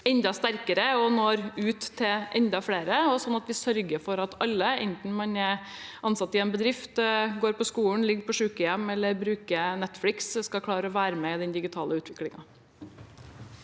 enda sterkere og når ut til enda flere, og sånn at vi sørger for at alle, enten man er ansatt i en bedrift, går på skolen, ligger på sykehjem eller bruker Netflix, skal klare å være med i den digitale utviklingen.